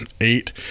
eight